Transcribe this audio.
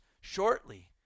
shortly